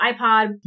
iPod